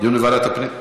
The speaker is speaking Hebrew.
דיון בוועדת הפנים.